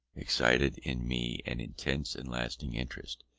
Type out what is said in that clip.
excited in me an intense and lasting interest.